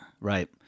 right